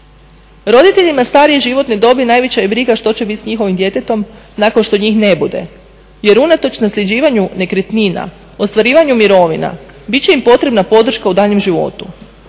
Roditeljima starije životne dobi najveća je briga što će biti s njihovim djetetom nakon što njih ne bude. Jer unatoč nasljeđivanju nekretnina, ostvarivanju mirovina bit će im potrebna podrška u daljnjem životu.